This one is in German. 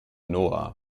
noah